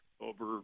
over